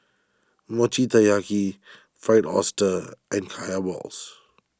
Mochi Taiyaki Fried Oyster and Kaya Balls